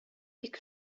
бик